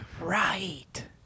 Right